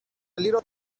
little